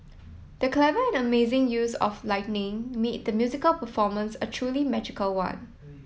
the clever and amazing use of lightning made the musical performance a truly magical one